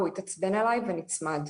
הוא התעצבן עליי ונצמד.